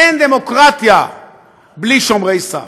אין דמוקרטיה בלי שומרי סף,